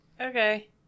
Okay